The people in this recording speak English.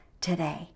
today